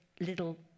little